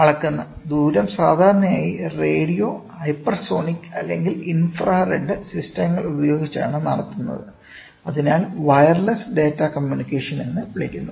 അളക്കുന്ന ദൂരം സാധാരണയായി റേഡിയോ ഹൈപ്പർസോണിക് അല്ലെങ്കിൽ ഇൻഫ്രാറെഡ് സിസ്റ്റങ്ങൾ ഉപയോഗിച്ചാണ് നടത്തുന്നത് അതിനാൽ വയർലെസ് ഡാറ്റാ കമ്മ്യൂണിക്കേഷൻ എന്ന് വിളിക്കുന്നു